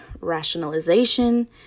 rationalization